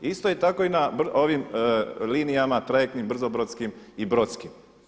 Isto je tako i na ovim linijama trajektnim brzobrodskim i brodskim.